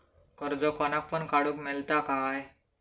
कर्ज कोणाक पण काडूक मेलता काय?